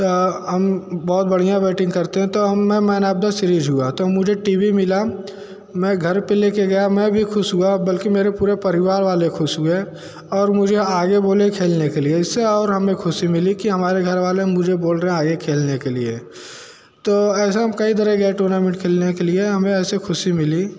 तो हम बहुत बढ़िया बैटिंग करते है तो हम मैं मैन ऑफ द सीरीज़ हुआ तो मुझे टी वी मिला मैं घर पर ले के गया मैं भी ख़ुश हुआ बल्कि मेरे पूरे परिवार वाले ख़ुश और मुझे आगे बोले खेलने के लिए इससे और हमे ख़ुशी मिली कि हमारे घर वाले मुझे बोल रहे हैं आगे खेलने के लिए तो ऐसा हम कई तरह के टूर्नामेंट खेलने के लिए हमें ऐसे ख़ुशी मिली